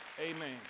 Amen